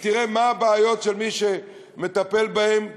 ותראה מה הבעיות של מי שמטפל בהם.